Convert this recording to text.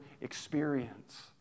experience